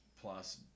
plus